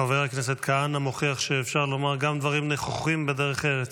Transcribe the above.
חבר הכנסת כהנא מוכיח שאפשר לומר גם דברים נכוחים בדרך ארץ.